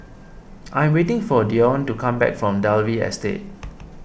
I am waiting for Dione to come back from Dalvey Estate